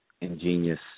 ingenious